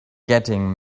getting